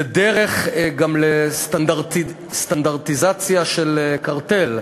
זו דרך גם לסטנדרטיזציה של קרטל,